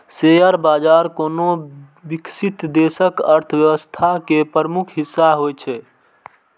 share बाजार कोनो विकसित देशक अर्थव्यवस्था के प्रमुख हिस्सा होइ छै